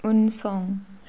उनसं